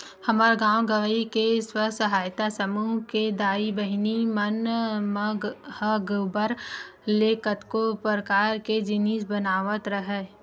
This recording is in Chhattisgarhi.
हमर गाँव गंवई के स्व सहायता समूह के दाई बहिनी मन ह गोबर ले कतको परकार के जिनिस बनावत हवय